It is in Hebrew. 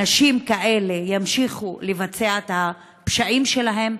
אנשים כאלה ימשיכו לבצע את הפשעים שלהם,